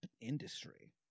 industry